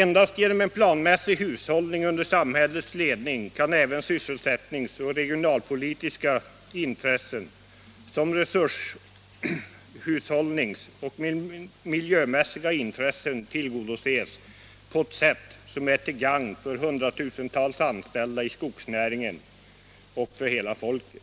Endast genom en planmässig hushållning under samhällets ledning kan såväl sysselsättningssom regionalpolitiska intressen samt resurshushållningsoch miljömässiga intressen tillgodoses på ett sätt som är till gagn för hundratusentals anställda i skogsnäringen och för hela folket.